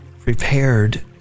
prepared